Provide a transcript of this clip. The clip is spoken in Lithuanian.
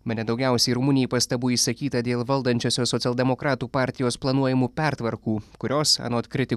bene daugiausiai rumunijai pastabų išsakyta dėl valdančiosios socialdemokratų partijos planuojamų pertvarkų kurios anot kritikų